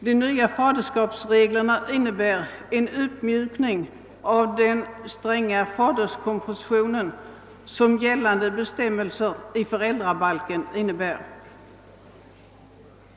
De nya faderskapsreglerna innebär en uppmjukning av den stränga faderskapspresumtion som gällande bestämmelser i föräldrabalken innebär.